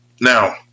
Now